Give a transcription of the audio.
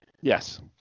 Yes